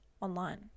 online